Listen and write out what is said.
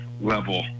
level